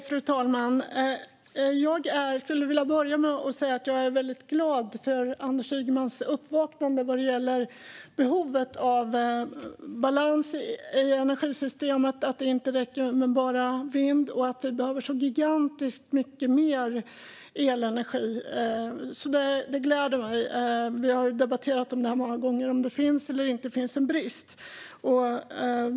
Fru talman! Jag skulle vilja börja med att säga att jag är väldigt glad för Anders Ygemans uppvaknande vad gäller behovet av balans i energisystemet, att det inte räcker med bara vind och att vi behöver så gigantiskt mycket mer elenergi. Det gläder mig. Vi har debatterat många gånger om det finns eller inte finns en brist.